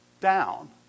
down